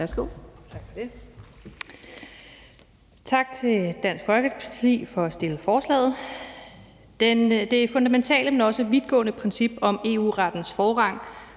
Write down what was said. Værsgo.